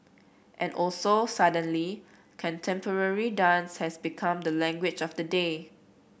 and also suddenly contemporary dance has become the language of the day